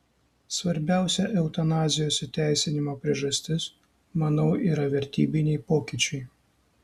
svarbiausia eutanazijos įteisinimo priežastis manau yra vertybiniai pokyčiai